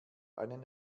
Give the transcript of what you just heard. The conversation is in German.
einen